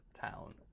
town